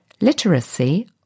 Literacy